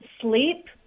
sleep